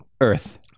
earth